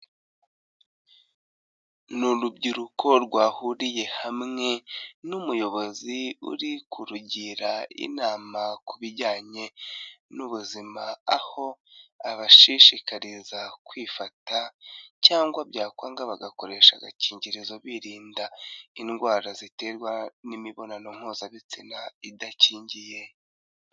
Ni urubyiruko rwahuriye hamwe n'umuyobozi uri kurugira inama ku bijyanye n'ubuzima, aho abashishikariza kwifata cyangwa byakwanga bagakoresha agakingirizo birinda indwara ziterwa n'imibonano mpuzabitsina idakingiye.